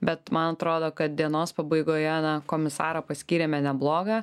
bet man atrodo kad dienos pabaigoje na komisarą paskyrėme neblogą